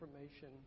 information